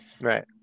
Right